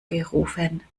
gerufen